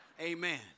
Amen